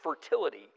fertility